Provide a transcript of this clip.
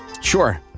Sure